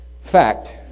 Fact